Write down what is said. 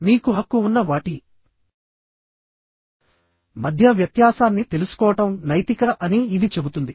మీకు హక్కు ఉన్న వాటి మధ్య వ్యత్యాసాన్ని తెలుసుకోవడం నైతికత అని ఇది చెబుతుంది